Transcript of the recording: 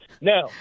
Now